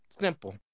Simple